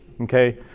Okay